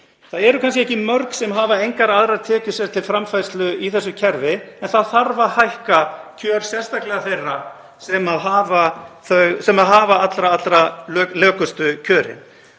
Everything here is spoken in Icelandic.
Þau eru kannski ekki mörg sem hafa engar aðrar tekjur sér til framfærslu í þessu kerfi en það þarf að bæta sérstaklega kjör þeirra sem hafa allra lökustu kjörin.